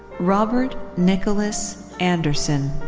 robert nikolaus anderson.